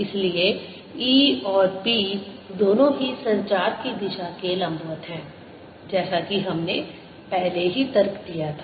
इसलिए E और B दोनों ही संचार की दिशा के लंबवत हैं जैसा कि हमने पहले ही तर्क दिया था